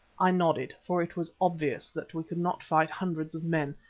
i nodded, for it was obvious that we could not fight hundreds of men,